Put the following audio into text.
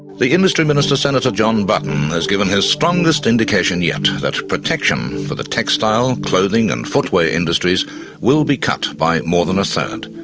the industry minister, senator john button, has given his strongest indication yet that protection for the textile, clothing and footwear industries will be cut by more than a third.